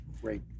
great